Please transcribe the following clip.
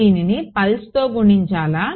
దీని పల్స్తో గుణించాలా